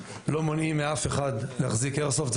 לא מונעים מאף אחד להחזיק איירסופט.